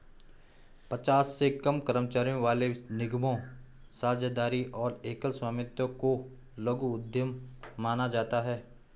पचास से कम कर्मचारियों वाले निगमों, साझेदारी और एकल स्वामित्व को लघु उद्यम माना जाता है